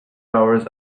hours